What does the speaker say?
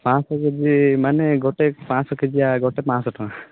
ପାଞ୍ଚଶହ K G ମାନେ ଗୋଟେ ପାଞ୍ଚଶହ କେଜିଆ ଗୋଟେ ପାଞ୍ଚଶହ ଟଙ୍କା